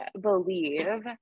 believe